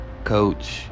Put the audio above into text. Coach